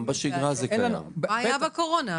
מה היה בקורונה?